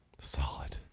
Solid